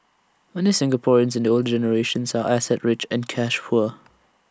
many Singaporeans in the older generations are asset rich and cash poor